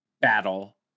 battle